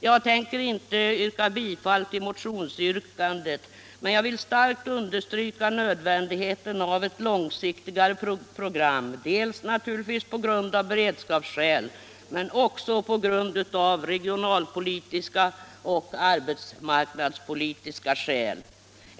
Jag tänker inte yrka bifall till motionsyrkandet men jag vill starkt understryka nödvändigheten av ett långsiktigt program, dels naturligtvis av beredskapsskäl men också av regionalpolitiska och arbetsmarknadspolitiska skäl.